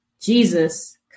Jesus